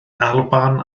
alban